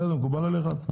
זה מקובל עליך?